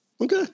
Okay